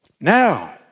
Now